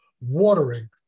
watering